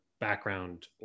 background